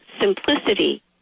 simplicity